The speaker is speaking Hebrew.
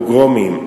פוגרומים,